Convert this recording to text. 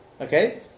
Okay